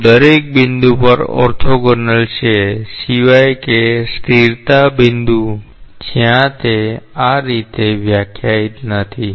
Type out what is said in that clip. તેઓ દરેક બિંદુ પર ઓર્થોગોનલ છે સિવાય કે સ્થિરતા બિંદુ જ્યાં તે આ રીતે વ્યાખ્યાયિત નથી